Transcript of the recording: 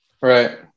right